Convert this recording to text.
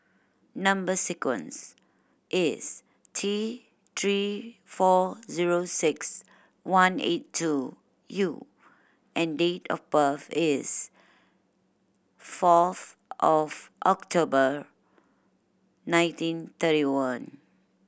number sequence is T Three four zero six one eight two U and date of birth is fourth of October nineteen thirty one